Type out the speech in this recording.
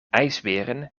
ijsberen